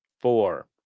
Four